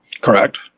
Correct